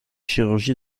chirurgie